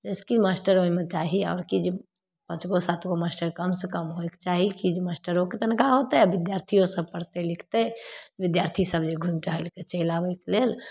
एहिलए मास्टर ओहिमे चाही आओर कि जे पाँचगो सातगो मास्टर कमसे कम होइके चाही कि जे मास्टरोके तनखाह होतै आओर विद्यार्थिओसभ पढ़तै लिखतै विद्यार्थीसभ जे घुमि टहलिके चलि आबैके लेल